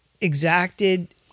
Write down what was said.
exacted